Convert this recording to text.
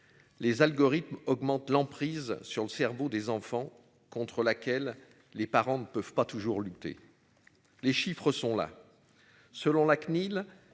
Les algorithmes augmente l'emprise sur le cerveau des enfants contre laquelle les parents ne peuvent pas toujours lutté. Les chiffres sont là. Selon la CNIL.